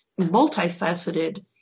multifaceted